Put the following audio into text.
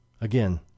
Again